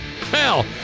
hell